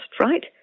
right